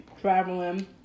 traveling